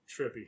Trippy